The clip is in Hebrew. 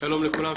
שלום לכולם,